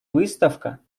выставка